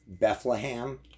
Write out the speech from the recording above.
Bethlehem